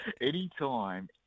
Anytime